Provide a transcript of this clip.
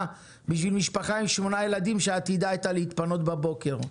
בשביל משפחה עם שמונה ילדים שעתידה הייתה להתפנות בבוקר.